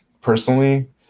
personally